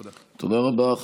תודה רבה.